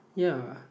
ya